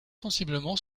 sensiblement